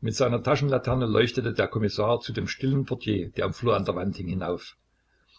mit seiner taschenlaterne leuchtete der kommissar zu dem stillen portier der im flur an der wand hing hinauf